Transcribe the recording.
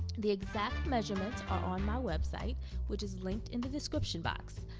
the exact measurements are on my website which is linked in the description box.